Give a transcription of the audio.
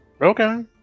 Okay